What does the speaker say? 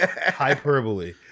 hyperbole